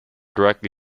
directly